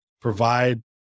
provide